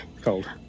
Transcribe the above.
cold